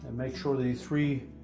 make sure the three